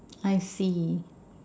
I see